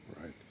right